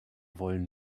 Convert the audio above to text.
wollen